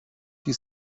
die